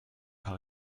par